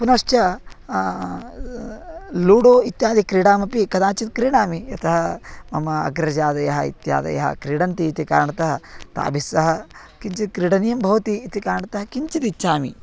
पुनश्च लूडो इत्यादि क्रीडामपि कदाचित् क्रीडामि यतः मम अग्रजादयः इत्यादयः क्रीडन्ति इति कारणतः तापि सह किञ्चित् क्रीडनीयं भवति इति किञ्चिदिच्छामि